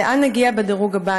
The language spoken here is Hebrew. לאן נגיע בדירוג הבא?